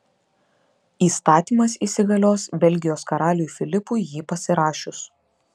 įstatymas įsigalios belgijos karaliui filipui jį pasirašius